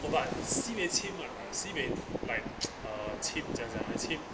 oh but simei chim like uh sibeh like uh chim 讲讲的 chim